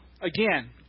Again